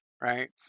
Right